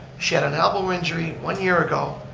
she had an elbow injury one year ago,